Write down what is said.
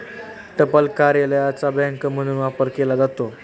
टपाल कार्यालयाचा बँक म्हणून वापर केला जातो